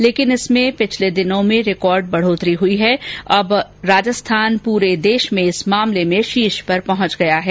लेकिन इसमें पिछले दिनों में रिकॉर्ड बढोतरी हुई है और अब राजस्थान पूरे देश में इस मामले में शीर्ष पर पहंच गया है